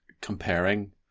comparing